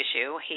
issue